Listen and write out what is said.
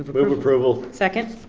ah move approval. second.